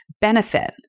benefit